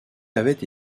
avait